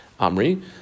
Amri